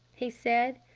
he said.